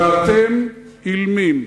ואתם אילמים.